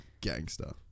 gangster